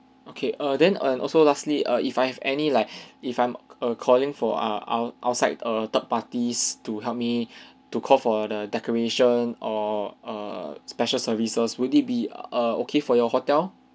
okay err then and also lastly err if I have any like if I'm err calling for our our outside err third parties to help me to call for the decorations or err special services would it be err okay for your hotel